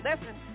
listen